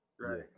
Right